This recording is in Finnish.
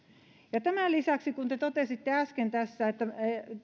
tämän lisäksi kun te totesitte äsken tässä